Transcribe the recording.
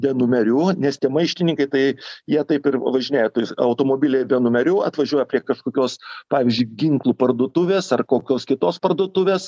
be numerių nes tie maištininkai tai jie taip ir važinėja automobiliai be numerių atvažiuoja prie kažkokios pavyzdžiui ginklų parduotuvės ar kokios kitos parduotuvės